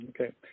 Okay